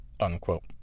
unquote